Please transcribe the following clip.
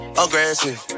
aggressive